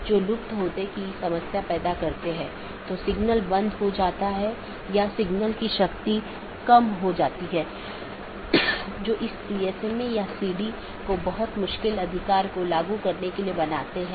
इसका मतलब है कि मार्ग इन कई AS द्वारा परिभाषित है जोकि AS की विशेषता सेट द्वारा परिभाषित किया जाता है और इस विशेषता मूल्यों का उपयोग दिए गए AS की नीति के आधार पर इष्टतम पथ खोजने के लिए किया जाता है